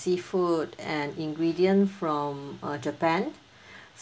seafood and ingredients from err japan